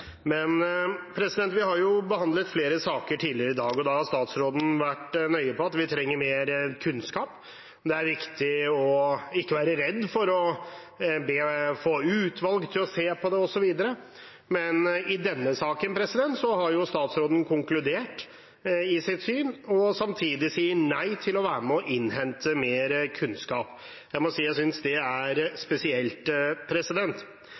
Vi har behandlet flere saker tidligere i dag, og da har statsråden vært nøye på at vi trenger mer kunnskap, det er viktig å ikke være redd for å få utvalg til å se på det osv. Men i denne saken har statsråden konkludert i sitt syn og sier samtidig nei til å være med og innhente mer kunnskap. Jeg må si jeg synes det er